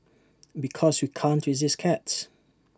because we can't resist cats